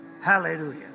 Hallelujah